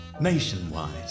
Nationwide